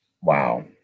wow